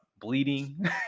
bleeding